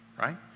Right